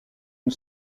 une